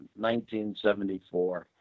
1974